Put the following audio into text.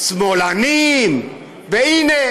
"שמאלנים" והינה,